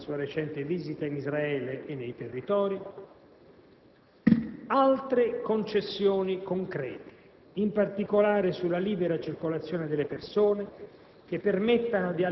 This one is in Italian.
Erano richieste attese da tempo, ma hanno anche segnato una svolta nel rapporto bilaterale. Per poter consolidare questa svolta